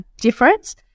difference